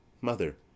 Mother